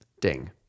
Ding